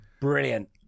Brilliant